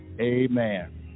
amen